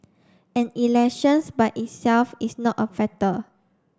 and elections by itself is not a factor